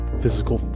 physical